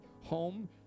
home